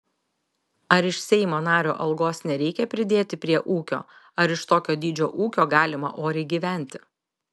ar iš seimo nario algos nereikia pridėti prie ūkio ar iš tokio dydžio ūkio galima oriai gyventi